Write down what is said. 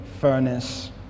furnace